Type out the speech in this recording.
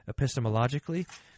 epistemologically